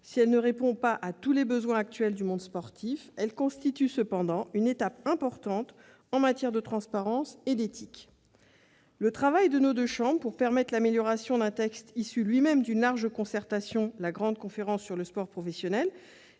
Si elle ne répond pas à tous les besoins actuels du monde sportif, elle constitue cependant une étape importante en matière de transparence et d'éthique. Le travail des deux assemblées pour permettre l'amélioration d'un texte issu lui-même d'une large concertation- la Grande Conférence sur le sport professionnel